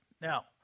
Now